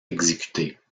exécutés